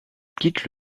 quitte